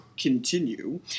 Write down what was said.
continue